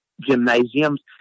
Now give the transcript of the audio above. gymnasiums